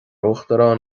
uachtarán